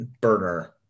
burner